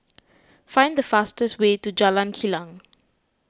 find the fastest way to Jalan Kilang